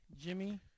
Jimmy